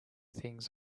things